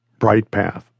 Brightpath